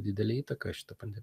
didelę įtaką šita pandemija